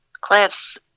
Cliffs